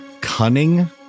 cunning